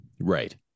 right